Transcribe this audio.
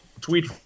tweet